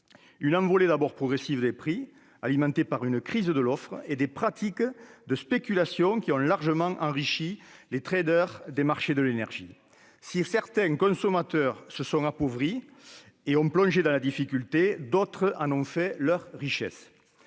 une envolée croissante des prix, alimentée par une crise de l'offre et des pratiques de spéculation qui ont largement enrichi les des marchés de l'énergie. Si certains consommateurs se sont appauvris et ont plongé dans la difficulté, d'autres acteurs en ont fait leur richesse.